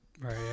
Right